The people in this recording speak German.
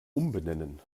umbenennen